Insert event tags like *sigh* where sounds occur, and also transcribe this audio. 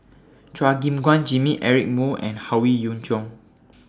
*noise* Chua Gim Guan Jimmy Eric Moo and Howe Yoon Chong